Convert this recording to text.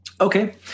Okay